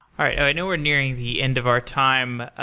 i know we're nearing the end of our time.